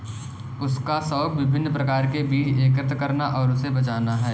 उसका शौक विभिन्न प्रकार के बीज एकत्र करना और उसे बचाना है